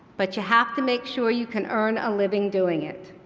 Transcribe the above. but you have to make sure you can earn a living doing it.